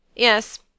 Yes